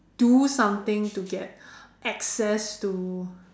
do something to get access to